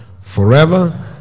forever